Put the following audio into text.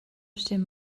dim